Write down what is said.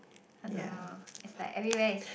I don't know it's like everywhere is